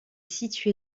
situé